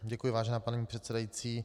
Děkuji, vážená paní předsedající.